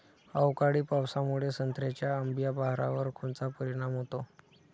अवकाळी पावसामुळे संत्र्याच्या अंबीया बहारावर कोनचा परिणाम होतो?